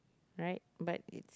right but it's